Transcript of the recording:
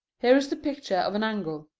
here is the picture of an angle